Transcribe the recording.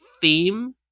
theme